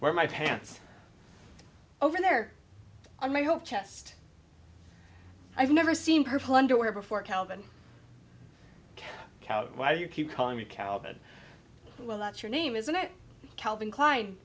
where my pants over there and my hope chest i've never seen purple underwear before calvin coude why you keep calling me calvin well that's your name isn't it calvin klein